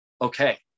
okay